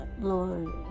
Lord